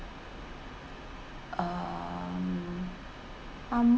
um I'm